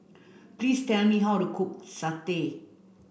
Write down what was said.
please tell me how to cook satay